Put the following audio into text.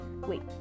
wait